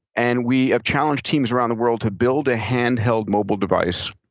and we have challenged teams around the world to build a handheld mobile device